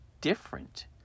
different